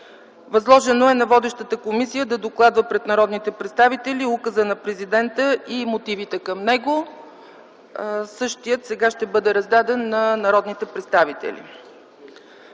Възложено е на водещата комисия да докладва пред народните представители указа на Президента и мотивите към него. Същият сега ще бъде раздаден на народните представители.